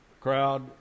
crowd